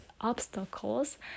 obstacles